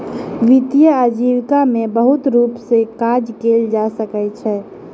वित्तीय आजीविका में बहुत रूप सॅ काज कयल जा सकै छै